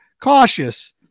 cautious